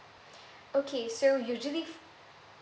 okay so usually